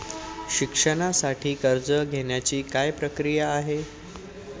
शिक्षणासाठी कर्ज घेण्याची काय प्रक्रिया आहे?